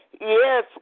Yes